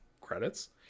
credits